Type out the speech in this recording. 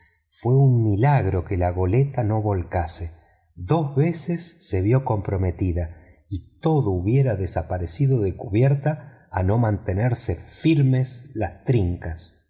fue un milagro que la goleta no volcase dos veces se vio comprometida y todo hubiera desaparecido de cubierta a no mantenerse firmes las trincas